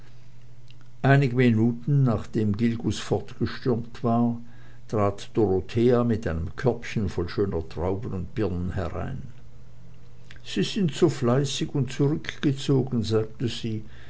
einige minuten nachdem gilgus fortgestürmt war trat dorothea mit einem körbchen voll schöner trauben und birnen herein sie sind jetzt so fleißig und zurückgezogen sagte sie